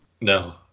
No